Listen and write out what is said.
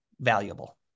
valuable